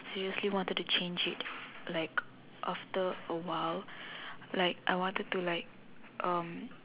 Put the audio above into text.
seriously wanted to change it like after a while like I wanted to like um